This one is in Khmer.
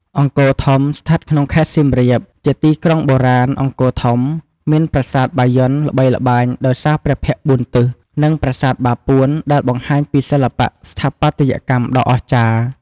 អង្គរធំ ស្ថិតក្នុងខេត្ត សៀមរាប ជាទីក្រុងបុរាណអង្គរធំ មានប្រាសាទបាយ័នល្បីល្បាញដោយសារព្រះភ័ក្ត្របួនទិស និងប្រាសាទបាពួនដែលបង្ហាញពីសិល្បៈស្ថាបត្យកម្មដ៏អស្ចារ្យ។